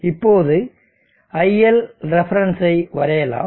இப்போது iLref ஐ வரையலாம்